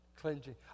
Cleansing